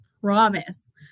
promise